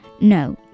no